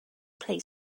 play